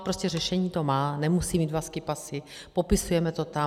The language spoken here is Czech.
Prostě řešení to má, nemusí mít dva skipasy, popisujeme to tam.